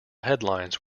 headlines